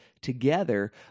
together